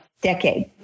decade